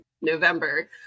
November